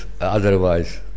otherwise